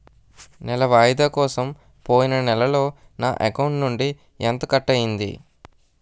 నెల వాయిదా కోసం పోయిన నెలలో నా అకౌంట్ నుండి ఎంత కట్ అయ్యింది?